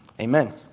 Amen